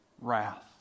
wrath